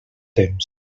temps